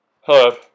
Hello